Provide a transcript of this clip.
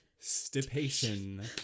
stipation